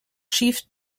chief